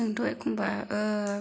जोंथ' एखनबा